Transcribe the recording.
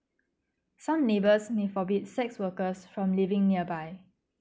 some neighbours may forbid sex workers from living nearby